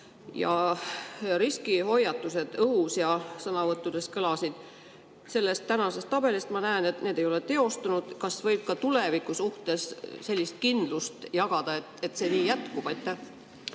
ja riskihoiatused õhus ja kõlasid sõnavõttudes. Sellest tänasest tabelist ma näen, et need ei ole teostunud. Kas võib ka tuleviku suhtes sellist kindlust jagada, et see nii jätkub? Aitäh!